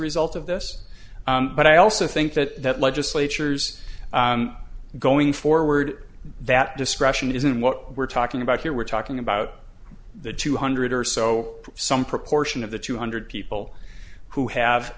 result of this but i also think that legislatures going forward that discretion isn't what we're talking about here we're talking about the two hundred or so some proportion of the two hundred people who have